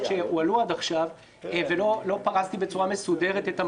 שהועלו עד עכשיו לא פרשתי בצורה מסודרת את המרכיבים.